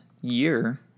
year